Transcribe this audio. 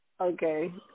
Okay